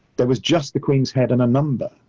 there was just the queen's head and a number.